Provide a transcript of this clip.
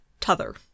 t'other